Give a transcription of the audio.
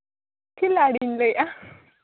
ᱠᱷᱤᱞᱟᱲᱤᱧ ᱞᱟᱹᱭᱮᱫᱼᱟ